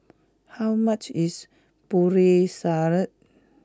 how much is Putri Salad